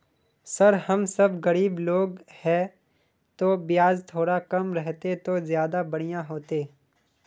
sir हम सब गरीब लोग है तो बियाज थोड़ा कम रहते तो ज्यदा बढ़िया होते